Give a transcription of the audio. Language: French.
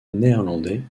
néerlandais